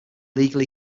legally